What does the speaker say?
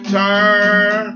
turn